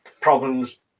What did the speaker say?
problems